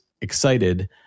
excited